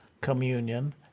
communion